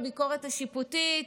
הביקורת השיפוטית.